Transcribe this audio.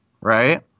Right